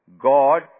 God